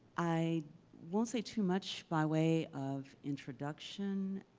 i won't say too much by way of introduction.